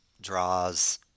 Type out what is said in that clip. draws